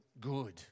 good